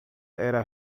era